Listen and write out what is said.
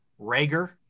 Rager